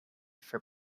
for